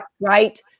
right